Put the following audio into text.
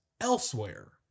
elsewhere